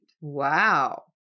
Wow